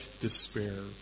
despair